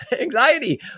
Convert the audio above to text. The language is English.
anxiety